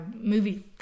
movie